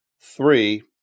Three